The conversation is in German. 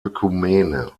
ökumene